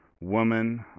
woman